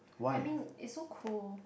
I mean it's so cold